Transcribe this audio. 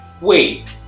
Wait